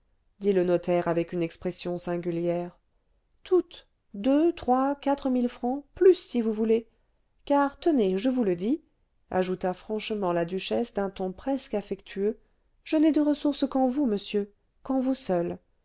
dit le notaire avec une expression singulière toutes deux trois quatre mille francs plus si vous voulez car tenez je vous le dis ajouta franchement la duchesse d'un ton presque affectueux je n'ai de ressource qu'en vous monsieur qu'en vous seul